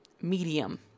medium